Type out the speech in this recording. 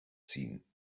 ziehen